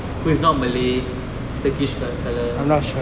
who is not malay turkish fellow